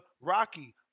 Rocky